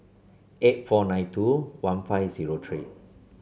eight four nine two one five zero three